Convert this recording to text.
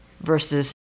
versus